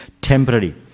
temporary